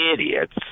idiots